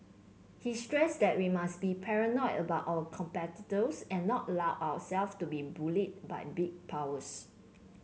he stressed that we must be paranoid about our competitors and not allow ourself to be bullied by big powers